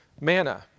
manna